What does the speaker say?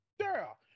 Girl